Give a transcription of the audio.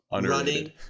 Running